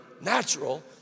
natural